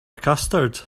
custard